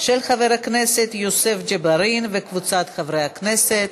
של חבר הכנסת יוסף ג'בארין וקבוצת חברי הכנסת.